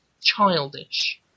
Childish